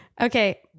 okay